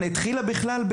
בכלל,